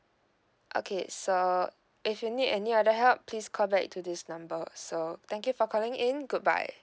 okay so if you need any other help please call back to this number so thank you for calling in goodbye